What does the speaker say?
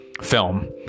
film